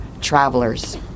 travelers